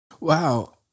Wow